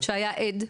שהיה עד?